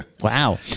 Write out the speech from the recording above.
Wow